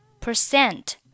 percent